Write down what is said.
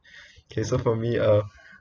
okay so for me uh